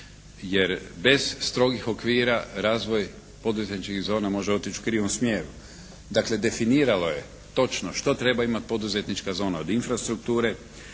jer bez strogih okvira razvoj poduzetničkih zona može otići u krivom smjeru. Dakle, definiralo je točno što treba imati poduzetnička zona od infrastrukture,